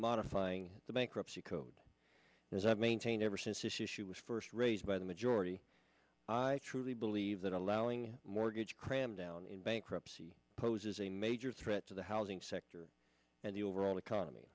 modifying the bankruptcy code is that maintain ever since issue was first raised by majority i truly believe that allowing mortgage cramdown in bankruptcy poses a major threat to the housing sector and the overall economy